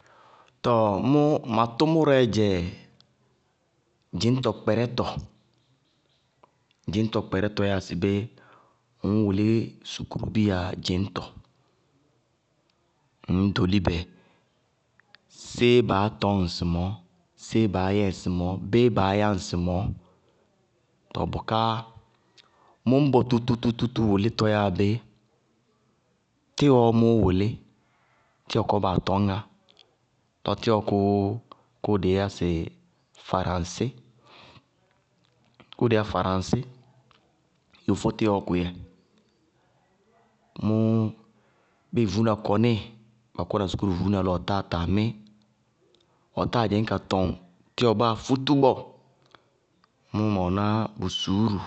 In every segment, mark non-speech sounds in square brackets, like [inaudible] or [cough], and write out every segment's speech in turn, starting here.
[noise] Tɔɔ mʋ, ma tʋmʋrɛɛ dzɛ dzɩñtɔ kpɛrɛtɔ. Dzɩñtɔ kpɛrɛtɔ yáa sɩ bé, ŋñ wʋlí sukúrubiya dzɩñtɔ, ŋñ ɖóli bɛ séé baá tɔñ ŋsɩmɔɔ, séé baá yɛ ŋsɩmɔɔ, béé baá yá ŋsɩmɔɔ. Tɔɔ bʋká mɔ ñbɔ tútútútú wʋlítɔ yáa bé? Tíwɔɔ mʋʋ wʋlí, tíwɔ kɔɔ baa tɔñŋá. Lɔ tíwɔ kʋʋ kʋʋ dɩí yá sɩ faraŋsí, yofó tíwɔɔ kʋyɛ. Mʋʋ bíɩ vuúna kɔní ba kɔna sukúruvuúna lɔ ɔ táa taa mí, ɔ táa dzɩñ ka tɔŋ tíwɔ báa fútú bɔɔ, mʋ ma wɛná bʋ suúru,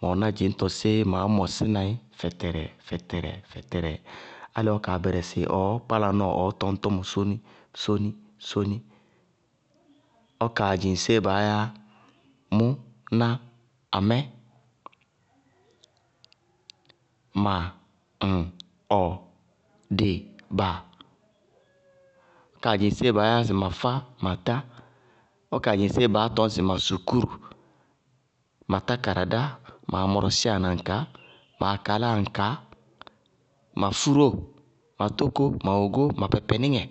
ma wɛná dzɩñtɔ séé maá mɔsína í fɛtɛrɛɛ fɛtɛrɛ fɛtɛrɛ álɩ ɔ kaa bɛrɛsɩ ɔɔ kpála nɔɔ ɔɔ tɔñ tɔmɔ sóóni sóóni sóóni. Ɔɔ kaa dzɩŋ séé baá yá: mʋ, ná, amɛ, ma, ŋ ɔ dɩ, ba. [noise] ɔ kaa dzɩŋ séé baá yá sɩ mafá, matá, ɔ kaa dzɩŋ séé baá tɔñ sɩ ma sukúru, ma tákáradá, ma amɔrɔsíyanaŋkaá, ma akaláaŋkaá, ma fúróo, ma tóko, ma ogó, ma pɛpɛníŋɛ.